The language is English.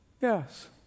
Yes